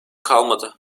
kalmadı